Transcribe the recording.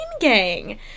gang